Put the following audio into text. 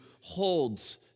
holds